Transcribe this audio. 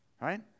Right